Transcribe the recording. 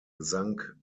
sank